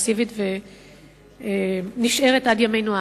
מסיבית ונשארת עד ימינו אנו.